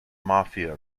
mafia